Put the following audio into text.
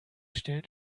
stellen